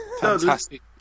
Fantastic